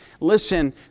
Listen